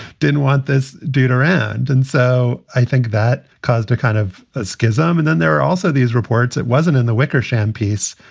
didn't want this dude around. and so i think that caused a kind of a schism. and then there are also these reports. it wasn't in the wickersham piece,